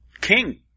King